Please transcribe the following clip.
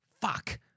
Fuck